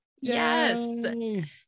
Yes